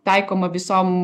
taikoma visom